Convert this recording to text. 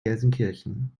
gelsenkirchen